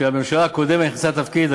כשהממשלה הקודמת נכנסה לתפקיד,